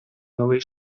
новий